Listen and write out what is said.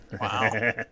Wow